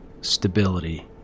stability